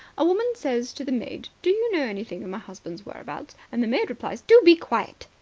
a woman says to the maid do you know anything of my husband's whereabouts and the maid replies do be quiet,